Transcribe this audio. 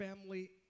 family